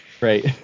Right